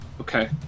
Okay